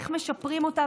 איך משפרים אותה,